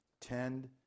Tend